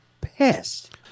pissed